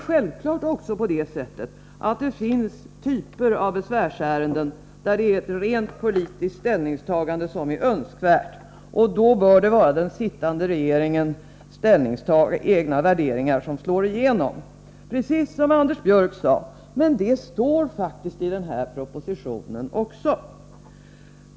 Självfallet finns det typer av besvärsärenden där det är ett rent politiskt ställningstagande som är önskvärt, och då bör det vara den sittande regeringens egna värderingar som slår igenom — precis som Anders Björck sade. Men det står faktiskt också i den här propositionen.